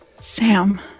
Sam